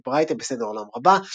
על פי ברייתא בסדר עולם רבה,